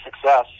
success